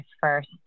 first